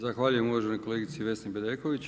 Zahvaljujem uvaženoj kolegici Vesni Bedeković.